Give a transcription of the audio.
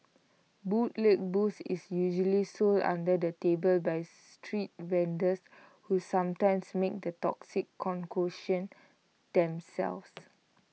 bootleg booze is usually sold under the table by street vendors who sometimes make the toxic concoction themselves